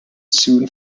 soon